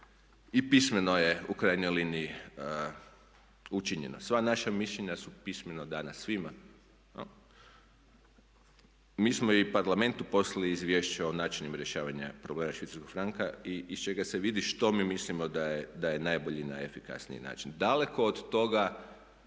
i pismeno je u krajnjoj liniji učinjeno. Sva naša mišljenja su pismeno dana svima. Mi smo i Parlamentu poslali izvješće o načinima rješavanja problema švicarskog franka i iz čega se vidi što mi mislimo da je najbolji i najefikasniji način. Daleko od toga,